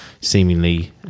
seemingly